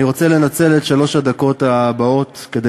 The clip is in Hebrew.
אני רוצה לנצל את שלוש הדקות הבאות כדי